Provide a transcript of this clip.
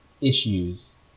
issues